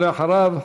ואחריו,